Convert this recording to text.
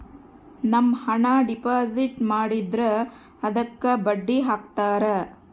ನಮ್ ಹಣ ಡೆಪಾಸಿಟ್ ಮಾಡಿದ್ರ ಅದುಕ್ಕ ಬಡ್ಡಿ ಹಕ್ತರ